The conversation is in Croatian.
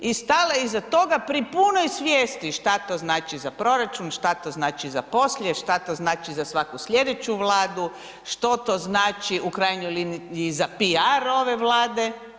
I stala je iza toga pri punoj svijesti što to znači za proračun, što to znači za poslije, što to znači za svaku sljedeću Vladu, što to znači u krajnjoj liniji i za PR ove Vlade.